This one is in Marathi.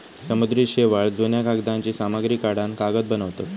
समुद्री शेवाळ, जुन्या कागदांची सामग्री काढान कागद बनवतत